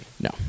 No